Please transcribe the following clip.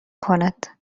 کند